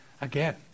again